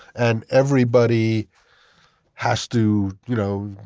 and everybody has to, you know,